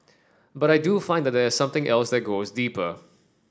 but I do find that there is something else that goes deeper